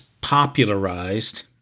popularized